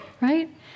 Right